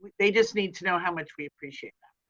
they just need to know how much we appreciate that.